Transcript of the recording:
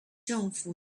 政府